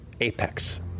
apex